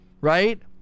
right